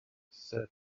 said